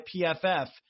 PFF